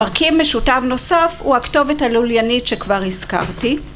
מרכיב משותף נוסף הוא הכתובת הלוליאנית שכבר הזכרתי